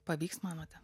pavyks manote